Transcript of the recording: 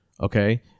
okay